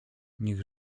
niech